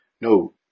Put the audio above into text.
No